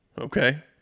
okay